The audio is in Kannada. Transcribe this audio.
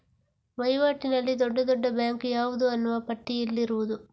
ವೈವಾಟಿನಲ್ಲಿ ದೊಡ್ಡ ದೊಡ್ಡ ಬ್ಯಾಂಕು ಯಾವುದು ಅನ್ನುವ ಪಟ್ಟಿ ಇಲ್ಲಿರುವುದು